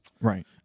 right